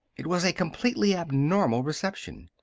it was a completely abnormal reception.